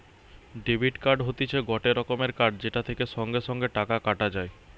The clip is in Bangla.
ডেবিট কার্ড হতিছে গটে রকমের কার্ড যেটা থেকে সঙ্গে সঙ্গে টাকা কাটা যায়